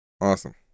awesome